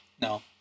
no